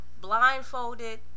blindfolded